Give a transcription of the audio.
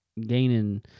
gaining